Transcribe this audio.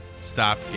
stop